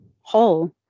whole